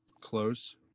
close